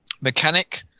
mechanic